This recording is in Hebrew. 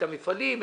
את המפעלים,